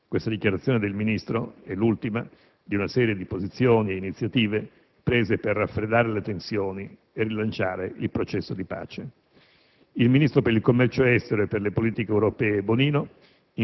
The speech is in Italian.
Questa dichiarazione del Ministro è l'ultima di una serie di posizioni e di iniziative prese per raffreddare le tensioni e rilanciare il processo di pace. Il ministro per il commercio estero e per le politiche europee Emma Bonino,